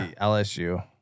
LSU